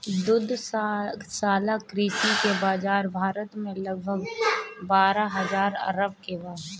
दुग्धशाला कृषि के बाजार भारत में लगभग बारह हजार अरब के बा